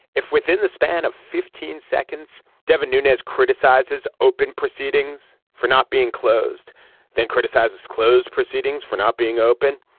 if within the span of fifteen seconds devon nunez criticizes open proceedings for not being closed then criticizes closed proceedings for not being open.